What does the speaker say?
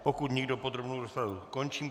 Pokud nikdo, podrobnou rozpravu končím.